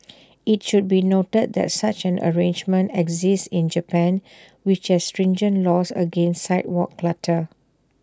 IT should be noted that such an arrangement exists in Japan which has stringent laws against sidewalk clutter